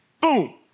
boom